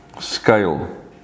Scale